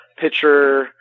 pitcher